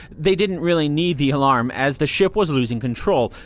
they didn't really need the alarm as the ship was losing control.